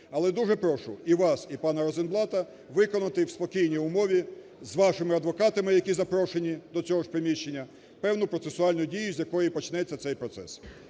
Але дуже прошу і вас, і пана Розенблата виконати в спокійній умові з вашими адвокатами, які запрошені до цього ж приміщення, певну процесуальну дію, з якої і почнеться цей процес.